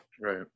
Right